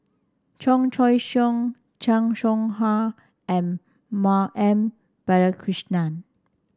Chan Choy Siong Chan Soh Ha and Ma M Balakrishnan